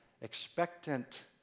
expectant